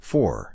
Four